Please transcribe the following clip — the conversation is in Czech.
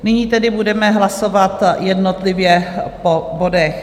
Nyní tedy budeme hlasovat jednotlivě po bodech.